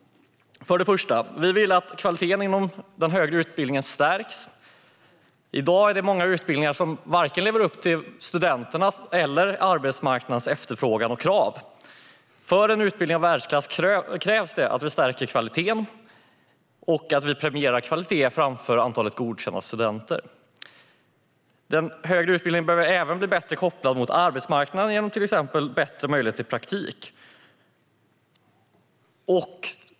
För det första vill vi att kvaliteten inom den högre utbildningen stärks. I dag är det många utbildningar som varken lever upp till studenternas eller arbetsmarknadens efterfrågan och krav. För en utbildning i världsklass krävs det att vi stärker kvaliteten och att vi premierar kvalitet framför antalet godkända studenter. Den högre utbildningen behöver även bli bättre kopplad till arbetsmarknaden genom till exempel bättre möjligheter till praktik.